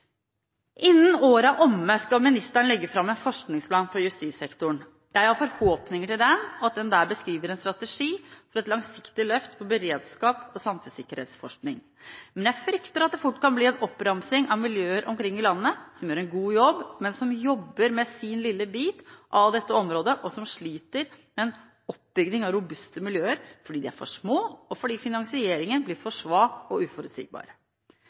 Innen året er omme, skal ministeren legge fram en forskningsplan for justissektoren. Jeg har forhåpninger til den og at den der beskriver en strategi for et langsiktig løft for forskningen på beredskap og samfunnssikkerhet. Men jeg frykter at det fort kan bli en oppramsing av miljøer omkring i landet som gjør en god jobb, men som jobber med sin lille bit av dette området, og som sliter med oppbyggingen av robuste miljøer fordi de er for små og fordi finansieringen blir for svak og uforutsigbar.